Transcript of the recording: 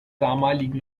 damaligen